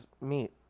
meet